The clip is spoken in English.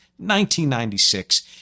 1996